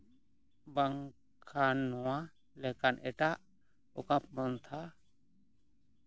ᱵᱟᱝᱠᱷᱟᱱ ᱱᱚᱣᱟ ᱞᱮᱠᱟᱱ ᱮᱴᱟᱜ ᱚᱠᱟ ᱯᱚᱱᱛᱷᱟ